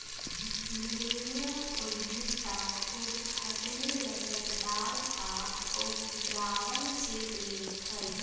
millennium उद्यमिता खूब खटनी, लचकदार आऽ उद्भावन से प्रेरित हइ